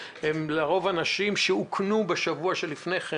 הם לרוב אנשים שאוכנו בשבוע שלפני כן,